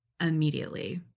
Immediately